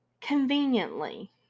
Conveniently